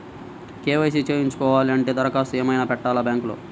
KYC చేయించుకోవాలి అంటే దరఖాస్తు ఏమయినా పెట్టాలా బ్యాంకులో?